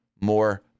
More